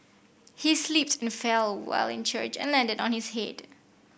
he slipped and fell while in church and landed on his head